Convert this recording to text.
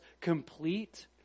complete